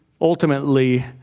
ultimately